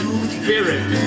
spirit